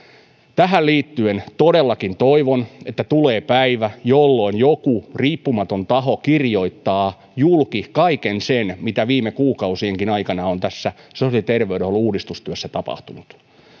tähän liittyen todellakin toivon että tulee päivä jolloin joku riippumaton taho kirjoittaa julki kaiken sen mitä viime kuukausienkin aikana on tässä sosiaali ja terveydenhuollon uudistustyössä tapahtunut